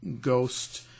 ghost